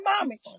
mommy